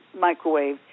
microwave